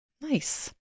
Nice